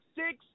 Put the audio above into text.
six